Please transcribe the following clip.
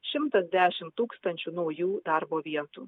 šimtas dešimt tūkstančių naujų darbo vietų